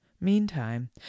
Meantime